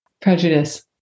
prejudice